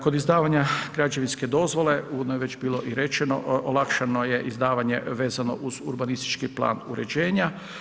Kod izdavanja građevinske dozvole, uvodno je već bilo i rečeno olakšano je izdavanje vezano uz urbanistički plan uređenja.